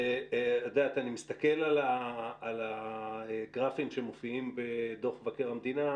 אני מסתכל על הגרפים שמופיעים בדוח מבקר המדינה,